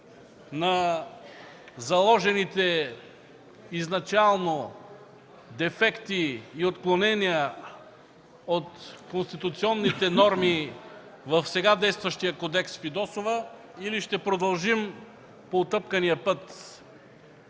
на заложените изначално дефекти и отклонения от конституционните норми в сега действащия кодекс Фидосова, или ще продължим по утъпкания път?